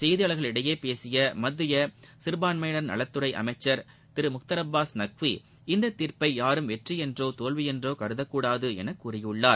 செய்தியாளர்களிடம் பேசிய மத்திய சிறுபான்மையினர் நலத்துறை அமைச்சர் திரு முக்தார் அப்பாஸ் நக்வி இந்த தீர்ப்பை யாரும் வெற்றி என்றோ தோல்வி என்றோ கருதக்கூடாது என கூறியுள்ளார்